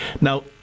Now